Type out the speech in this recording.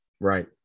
Right